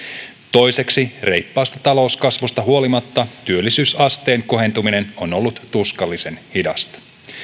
toiseksi reippaasta talouskasvusta huolimatta työllisyysasteen kohentuminen on ollut tuskallisen hidasta